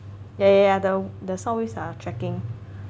yeah yeah yeah the soundwaves are tracking